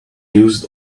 used